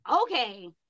Okay